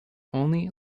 only